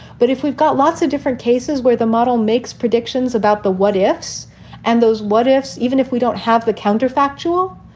but if we've got lots of different cases where the model makes predictions about the what ifs and those what ifs, even if we don't have the counterfactual,